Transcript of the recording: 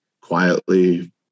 quietly